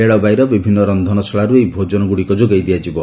ରେଳବାଇର ବିଭିନ୍ନ ରନ୍ଧନଶାଳାରୁ ଏହି ଭୋଜନଗୁଡ଼ିକ ଯୋଗାଇ ଦିଆଯିବ